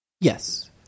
yes